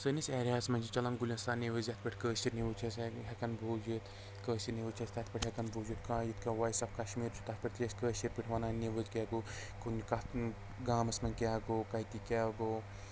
سٲنِس ایریاہَس منٛز چھِ چَلان گُلِستان نِوٕز یَتھ پٮ۪ٹھ کٲشِر نِوٕز چھِ أسۍ ہٮ۪کان بوٗزِتھ کٲشِر نِوٕز چھِ أسۍ تَتھ پٮ۪ٹھ ہٮ۪کان بوٗزِتھ کانٛہہ یِتھ کَنۍ وایِس آف کَشمیٖر چھُ تَتھ پٮ۪ٹھ تہِ ٲسۍ کٲشِرۍ پٲٹھۍ وَنان نِوٕز کیٛاہ گوٚو کُنہِ کَتھ گامَس منٛز کیٛاہ گوٚو کَتہِ کیٛاہ گوٚو